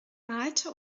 malte